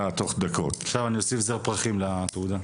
עכשיו אוסיף זר פרחים לתעודה.